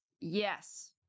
Yes